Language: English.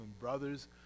brothers